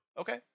Okay